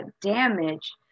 damage